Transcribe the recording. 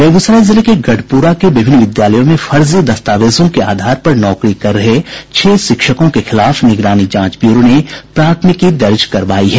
बेगूसराय जिले के गढ़पुरा के विभिन्न विद्यालयों में फर्जी दस्तावेजों के आधार पर नौकरी कर रहे छह शिक्षकों के खिलाफ निगरानी जांच ब्यूरो ने प्राथमिकी दर्ज करवायी है